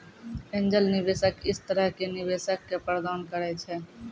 angel निवेशक इस तरह के निवेशक क प्रदान करैय छै